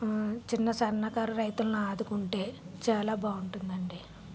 చిన్న సన్నకారు రైతులను ఆదుకుంటే చాలా బాగుంటుంది అండి